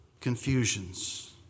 confusions